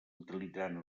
utilitzant